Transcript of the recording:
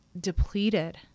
depleted